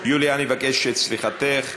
יוליה, אני מבקש את סליחתך.